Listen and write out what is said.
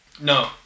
No